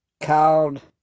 called